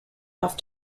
off